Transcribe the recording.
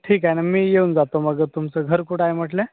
ठीक आहे ना मी येऊन जातो मग तुमचं घर कुठं आहे म्हटलं